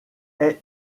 est